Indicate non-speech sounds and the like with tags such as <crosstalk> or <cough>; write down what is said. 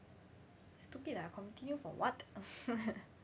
stupid ah continue for what <laughs>